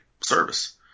service